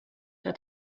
der